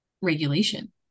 regulation